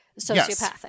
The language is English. sociopathic